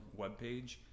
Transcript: webpage